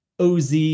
OZ